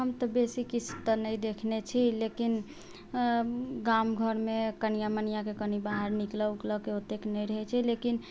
हम तऽ बेसी किछु तऽ नहि देखने छी लेकिन गाम घरमे कनियाँ मनियाँके कनि बाहर निकलै उकलैके ओतेक नहि रहै छै लेकिन